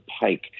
pike